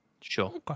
sure